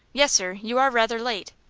yes, sir. you are rather late.